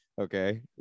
okay